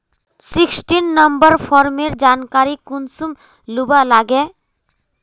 Sixteen number farmer जानकारी कुंसम लुबा लागे?